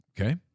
Okay